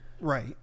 Right